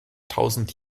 tausend